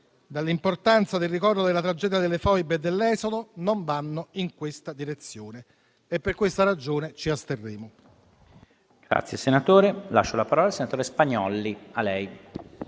all'importanza del ricordo della tragedia delle Foibe e dell'esodo, non vanno in questa direzione; per tale ragione ci asterremo